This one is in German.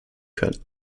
können